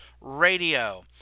Radio